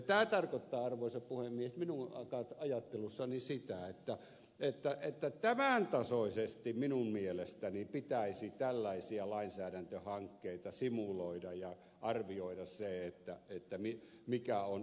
tämä tarkoittaa arvoisa puhemies minun ajattelussani sitä että tämän tasoisesti minun mielestäni pitäisi tällaisia lainsäädäntöhankkeita simuloida ja arvioida se mikä on oikein ja kohtuullista